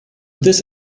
this